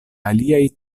aliaj